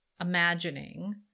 imagining